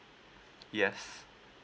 yes